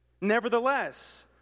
Nevertheless